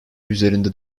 üzerinde